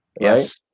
Yes